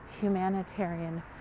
humanitarian